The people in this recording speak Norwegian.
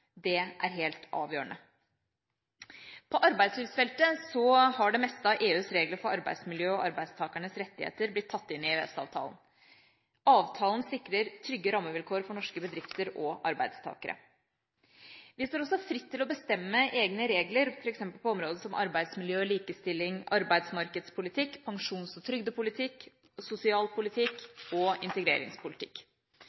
det er helt avgjørende. På arbeidslivsfeltet har det meste av EUs regler for arbeidsmiljø og arbeidstakernes rettigheter blitt tatt inn i EØS-avtalen. Avtalen sikrer trygge rammevilkår for norske bedrifter og arbeidstakere. Vi står også fritt til å bestemme egne regler, f.eks. på områder som arbeidsmiljø, likestilling, arbeidsmarkedspolitikk, pensjons- og trygdepolitikk,